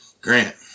Grant